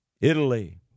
Italy